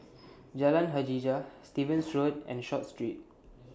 Jalan Hajijah Stevens Road and Short Street